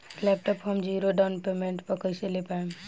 Laptop हम zero down payment पर कैसे ले पाएम?